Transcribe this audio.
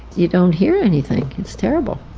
you don't hear anything. it's terrible.